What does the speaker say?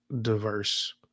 diverse